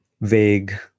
vague